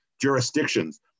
jurisdictions